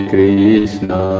Krishna